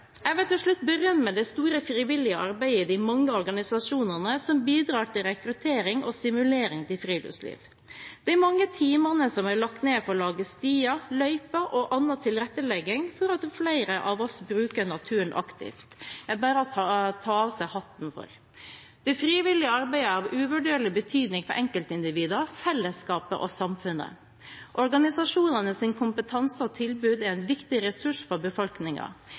Jeg vil til slutt berømme det store frivillige arbeidet i de mange organisasjonene som bidrar til rekruttering og stimulering til friluftsliv. De mange timene som er lagt ned for å lage stier, løyper og annen tilrettelegging for at flere av oss bruker naturen aktivt, er det bare å ta av seg hatten for. Det frivillige arbeidet er av uvurderlig betydning for enkeltindividene, fellesskapet og samfunnet. Organisasjonenes kompetanse og tilbud er en viktig ressurs for